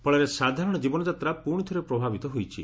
ଫଳରେ ସାଧାରଶ ଜୀବନଯାତ୍ରା ପୁଶିଥରେ ପ୍ରଭାବିତ ହୋଇଛି